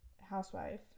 housewife